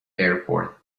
airport